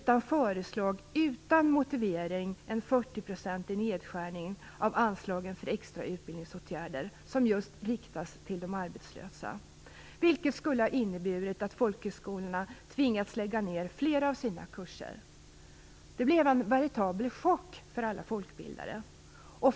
Den föreslog, utan motivering, en 40-procentig nedskärning av anslagen till extra utbildningsåtgärder, som riktar sig just till de arbetslösa, vilket skulle ha inneburit att många folkhögskolor tvingats lägga ned flera av sina kurser. Det blev en veritabel chock för alla folkbildare.